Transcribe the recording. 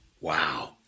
Wow